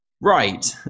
right